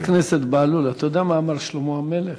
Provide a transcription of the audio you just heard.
חבר הכנסת בהלול, אתה יודע מה אמר שלמה המלך?